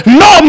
no